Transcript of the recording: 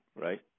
right